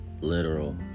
literal